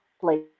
place